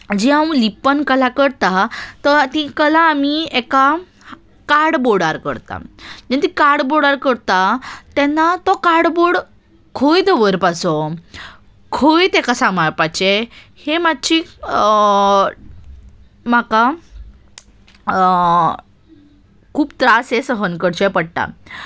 जी हांव लिप्पन कला करतां तो ती कला आमी एका कार्डबोर्डार करता जेन्ना ती कार्डबोर्डार करता तेन्ना तो कार्डबोर्ड खंय दवरपाचो खंय ताका सांबाळपाचें हें मातशी म्हाका खूब त्रास हें सहन करचें पडटा